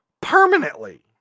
permanently